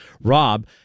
Rob